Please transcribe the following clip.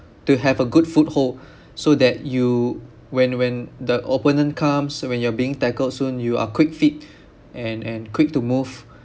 to have a good foothold so that you when when the opponent comes when you're being tackled soon you are quick feet and and quick to move